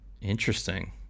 Interesting